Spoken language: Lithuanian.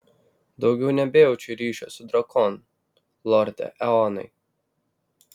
daugiau nebejaučiu ryšio su drakonu lorde eonai